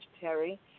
Terry